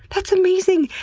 that's amazing!